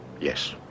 Yes